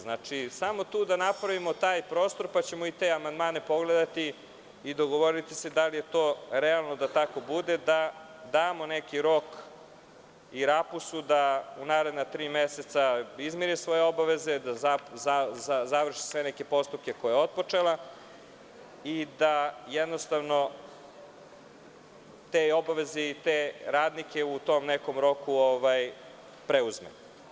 Znači samo tu da napravimo taj prostor, pa ćemo i te amandmane pogledati i dogovoriti se da li je to realno da tako bude, da damo neki rok i RAPUS-u da u naredna tri meseca izmiri svoje obaveze, da završi neke postupke koje otpočela i da jednostavno te obaveze i te radnike u tom nekom roku preuzme.